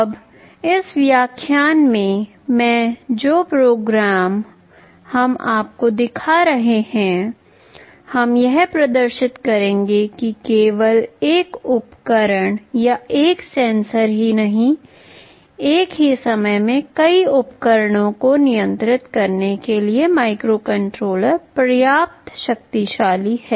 अब इस व्याख्यान में जो प्रयोग हम आपको दिखा रहे हैं हम यह प्रदर्शित करेंगे कि केवल एक उपकरण या एक सेंसर ही नहीं एक ही समय में कई उपकरणों को नियंत्रित करने के लिए माइक्रोकंट्रोलर पर्याप्त शक्तिशाली है